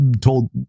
told